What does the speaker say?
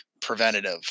preventative